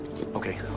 Okay